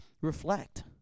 reflect